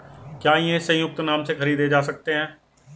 क्या ये संयुक्त नाम से खरीदे जा सकते हैं?